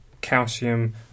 calcium